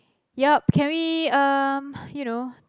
yup can we you know